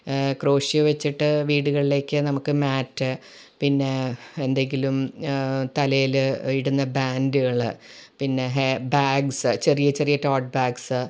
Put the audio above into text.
crochet വെച്ചിട്ട് വീടുകൾലേക്ക് നമുക്ക് മാറ്റ് പിന്നേ എന്തെങ്കിലും തലയിൽ ഇടുന്ന ബാൻഡ്കള് പിന്നെ ഹേ ബാഗ്സ് ചെറിയ ചെറിയ ടോട്ട് ബാഗ്സ്സ്